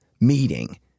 meeting